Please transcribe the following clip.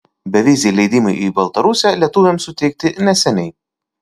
beviziai leidimai į baltarusiją lietuviams suteikti neseniai